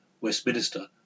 Westminster